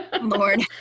lord